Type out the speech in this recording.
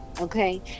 Okay